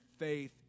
Faith